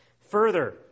Further